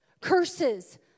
Curses